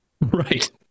Right